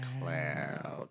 cloud